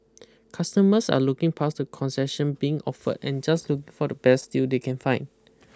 customers are looking past the concession being offered and just looking for the best deal they can find